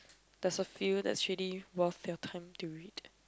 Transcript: there's a few that's really worth your time to it